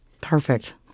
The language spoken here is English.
Perfect